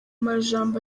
majambo